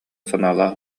санаалаах